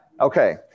Okay